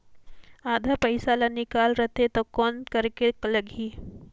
आधा पइसा ला निकाल रतें तो कौन करेके लगही?